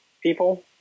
people